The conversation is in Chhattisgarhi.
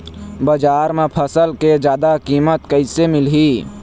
बजार म फसल के जादा कीमत कैसे मिलही?